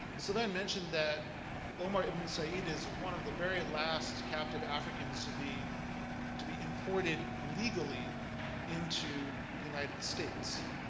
sylviane mentioned that omar ibn said is one of the very last captive africans to be to be imported legally into the united states.